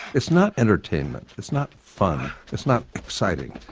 it's not entertainment, it's not fun, it's not exciting,